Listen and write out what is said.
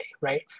right